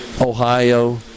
Ohio